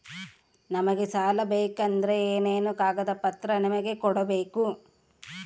ನಮಗೆ ಸಾಲ ಬೇಕಂದ್ರೆ ಏನೇನು ಕಾಗದ ಪತ್ರ ನಿಮಗೆ ಕೊಡ್ಬೇಕು?